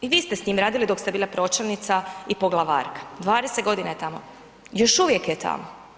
I vi ste s njim radili dok ste bila pročelnica i poglavarka, 20 g. je tamo, još uvijek je tamo.